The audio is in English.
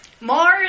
Mars